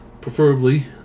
preferably